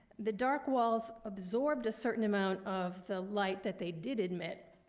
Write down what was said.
the dark walls absorbed a certain amount of the light that they did admit,